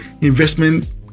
investment